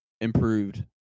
improved